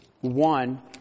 one